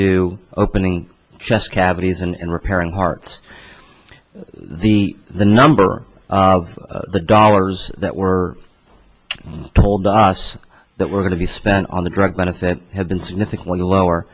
do opening just cavities and repairing heart the the number of the dollars that were told us that were going to be spent on the drug benefit had been significantly lower